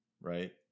right